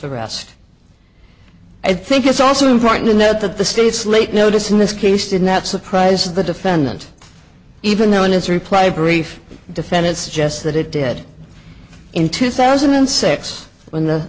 the rest i think it's also important to note that the state's late notice in this case did not surprise the defendant even though in his reply brief defendant suggests that it did in two thousand and six when the